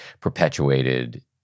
perpetuated